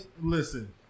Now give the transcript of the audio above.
listen